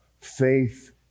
faith